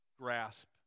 grasp